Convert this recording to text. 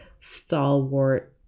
stalwart